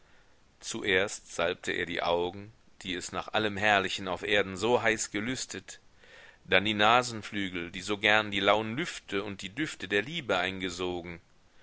zuerst salbte er die augen die es nach allem herrlichen auf erden so heiß gelüstet dann die nasenflügel die so gern die lauen lüfte und die düfte der liebe eingesogen